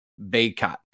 Baycott